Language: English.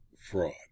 fraud